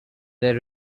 there